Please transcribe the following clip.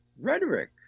rhetoric